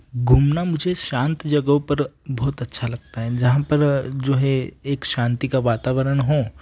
घूमना मुझे शांत जगहों पर बहुत अच्छा लगता है जहाँ पर जो है एक शांति का वातावरण हो